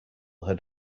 had